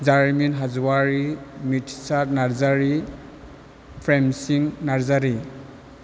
जारिमिन हाज'वारि मिथिसार नार्जारि फ्रेमसिं नार्जारि